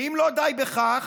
ואם לא די בכך,